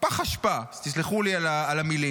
פח אשפה, תסלחו על המילים.